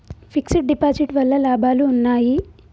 Fix డ్ deposit వల్ల లాభాలు ఉన్నాయి?